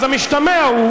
זה המשתמע ממה